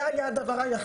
זה היה הדבר היחיד שקרה.